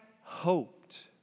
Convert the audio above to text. hoped